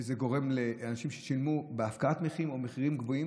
וזה גורם לאנשים שישלמו בהפקעת מחירים או במחירים גבוהים.